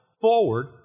forward